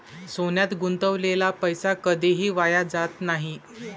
सोन्यात गुंतवलेला पैसा कधीही वाया जात नाही